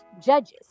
judges